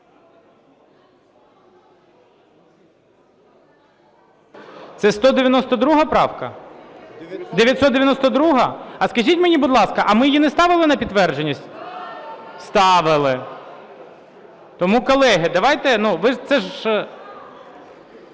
Це 192 правка? 992-а? А скажіть мені, будь ласка, а ми її не ставили на підтвердження? Ставили. Тому, колеги, давайте, це ж...